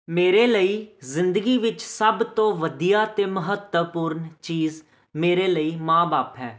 ਮੇਰੇ ਲਈ ਜ਼ਿੰਦਗੀ ਵਿੱਚ ਸਭ ਤੋਂ ਵਧੀਆ ਅਤੇ ਮਹੱਤਵਪੂਰਨ ਚੀਜ਼ ਮੇਰੇ ਲਈ ਮਾਂ ਬਾਪ ਹੈ